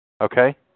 Okay